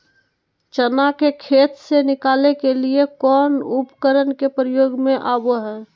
चना के खेत से निकाले के लिए कौन उपकरण के प्रयोग में आबो है?